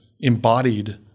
embodied